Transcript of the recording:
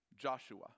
joshua